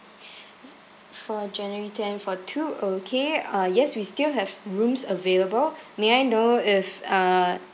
for january tenth for two okay ah yes we still have rooms available may I know if uh